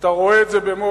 אתה רואה את זה במו-עיניך.